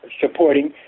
supporting